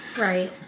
Right